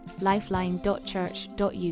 lifeline.church.uk